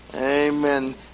Amen